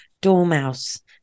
dormouse